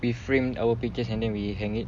we framed our pictures and then we hang it